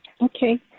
Okay